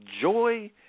joy